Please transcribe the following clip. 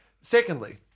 Secondly